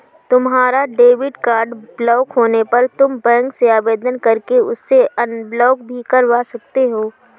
तुम्हारा debit card block होने पर तुम बैंक से आवेदन करके उसे अनब्लॉक भी करवा सकते हो